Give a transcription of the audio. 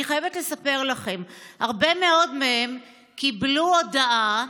אני חייבת לספר לכם שהרבה מאוד מהם קיבלו הודעה: